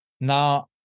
Now